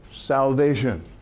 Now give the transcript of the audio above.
Salvation